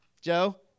Joe